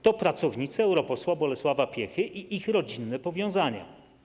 To pracownicy europosła Bolesława Piechy i ich rodzinne powiązania.